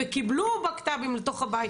וקיבלו בקת"בים לתוך הבית.